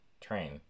train